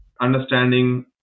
understanding